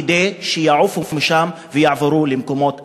כדי שיעופו משם ויעברו למקומות אחרים.